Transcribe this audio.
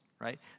right